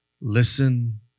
Listen